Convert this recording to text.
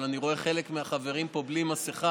אבל אני רואה שחלק מהחברים פה בלי מסכה,